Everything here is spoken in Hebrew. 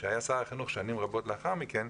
שהיה שר החינוך שנים רבות לאחר מכן,